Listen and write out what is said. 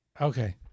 Okay